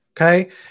Okay